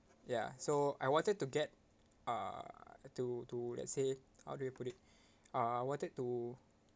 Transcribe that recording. ya so I wanted to get uh to to let's say how do you put it uh I wanted to